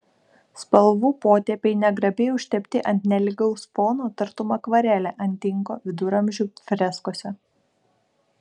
spalvų potėpiai negrabiai užtepti ant nelygaus fono tartum akvarelė ant tinko viduramžių freskose